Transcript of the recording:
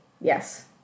Yes